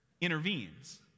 intervenes